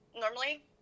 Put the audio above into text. normally